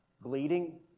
bleeding